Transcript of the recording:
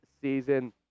season